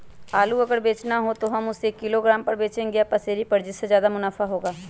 आलू अगर बेचना हो तो हम उससे किलोग्राम पर बचेंगे या पसेरी पर जिससे ज्यादा मुनाफा होगा?